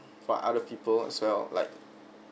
for other people as well like